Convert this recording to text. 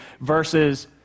versus